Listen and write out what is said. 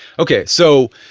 okay. so,